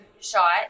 shot